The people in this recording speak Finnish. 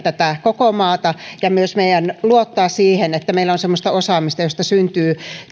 koko maata ja meidän pitää myös luottaa siihen että meillä on semmoista osaamista josta syntyy